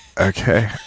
Okay